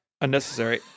unnecessary